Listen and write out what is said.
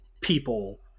people